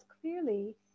clearly